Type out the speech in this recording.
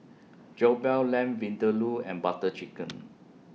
Jokbal Lamb Vindaloo and Butter Chicken